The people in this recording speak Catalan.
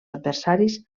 adversaris